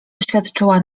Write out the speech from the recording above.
oświadczyła